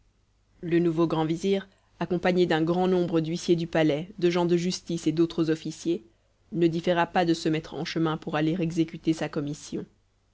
le nouveau grand vizir accompagné d'un grand nombre d'huissiers du palais de gens de justice et d'autres officiers ne différa pas de se mettre en chemin pour aller exécuter sa commission